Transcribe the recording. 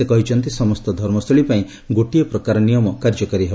ସେ କହିଛନ୍ତି ସମସ୍ତ ଧର୍ମସ୍ଥଳୀ ପାଇଁ ଗୋଟିଏ ପ୍ରକାର ନିୟମ କାର୍ଯ୍ୟକାରୀ ହେବ